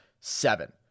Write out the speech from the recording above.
seven